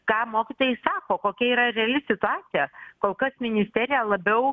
ką mokytojai sako kokia yra reali situacija kol kas ministerija labiau